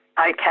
Okay